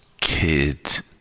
kid